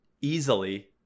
easily